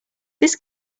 this